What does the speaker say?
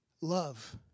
love